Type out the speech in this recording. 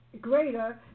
greater